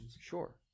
Sure